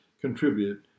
contribute